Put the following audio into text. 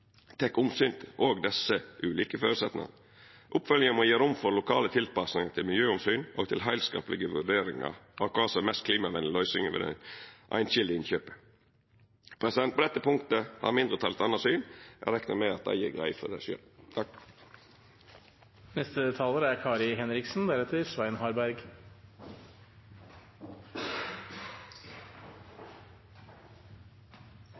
tek omsyn til òg desse ulike føresetnadene. Oppfølginga må gje rom for lokale tilpassingar til miljøomsyn og til heilskaplege vurderingar av kva som er den mest klimavenlege løysinga ved det einskilde innkjøpet. På dette punktet har mindretalet eit anna syn. Eg reknar med at dei gjer greie for det sjølv. Pengene rår. Det er